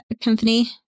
company